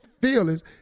feelings